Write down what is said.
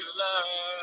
love